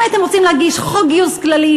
אם הייתם רוצים להגיש חוק גיוס כללי,